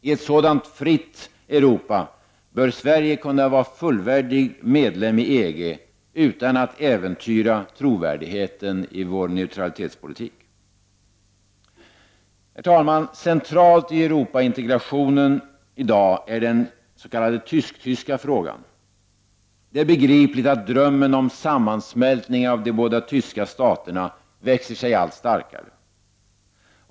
I ett sådant fritt Europa bör Sverige kunna vara fullvärdig medlem i EG utan att äventyra trovärdigheten i Sveriges neutralitetspolitik. Herr talman! Central i Europaintegrationen i dag är den s.k. tysktyska frågan. Det är begripligt att drömmen om sammansmältning av de båda tyska staterna växer sig allt starkare.